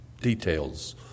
details